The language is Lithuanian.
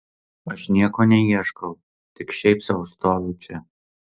aš nieko neieškau tik šiaip sau stoviu čia